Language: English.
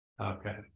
Okay